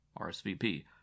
RSVP